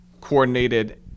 coordinated